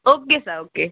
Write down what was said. okay sir okay